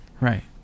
Right